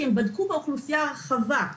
כי הם בדקו באוכלוסייה הרחבה,